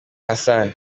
hassan